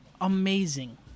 Amazing